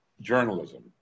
journalism